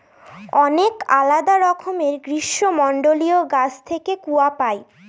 অনেক আলাদা রকমের গ্রীষ্মমন্ডলীয় গাছ থেকে কূয়া পাই